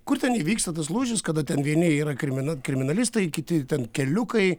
kur ten įvyksta tas lūžis kada ten vieni yra kirmina kriminalistai kiti ten keliukai